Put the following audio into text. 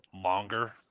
longer